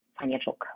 financial